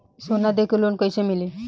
सोना दे के लोन कैसे मिली?